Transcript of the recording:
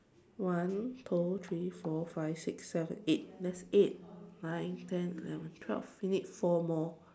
one two three four five six seven eight there's eight nine ten eleven twelve we need four more